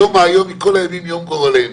היום האיום מכל הימים, יום גורלנו.